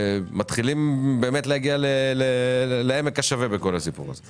מתחילים להגיע לעמק השווה בכל הסיפור הזה.